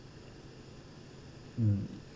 mm